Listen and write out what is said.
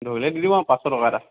ধৰিলে দি দিবা পাঁচশ টকা এটা